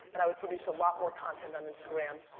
and i would produce a lot more content on instagram.